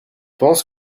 pense